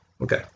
Okay